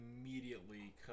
immediately